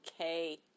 okay